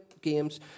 games